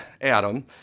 Adam